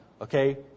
okay